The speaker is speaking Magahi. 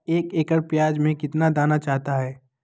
एक एकड़ प्याज में कितना दाना चाहता है?